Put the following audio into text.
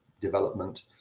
development